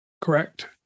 Correct